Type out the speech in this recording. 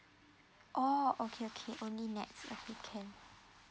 oh okay okay only NETS okay can